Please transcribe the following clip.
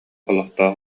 олохтоох